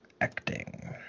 acting